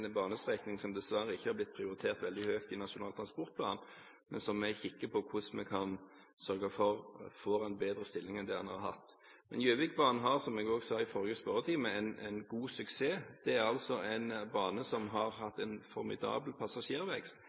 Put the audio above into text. banestrekning som dessverre ikke har blitt prioritert veldig høyt i Nasjonal transportplan, men som vi kikker på for å se hvordan vi kan sørge for at den får en bedre stilling enn det den har hatt. Gjøvikbanen har, som jeg også sa i forrige spørretime, god suksess. Det er en bane som har hatt en formidabel passasjervekst